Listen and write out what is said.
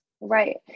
Right